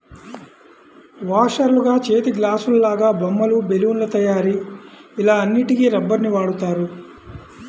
వాషర్లుగా, చేతిగ్లాసులాగా, బొమ్మలు, బెలూన్ల తయారీ ఇలా అన్నిటికి రబ్బరుని వాడుతారు